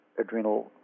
adrenal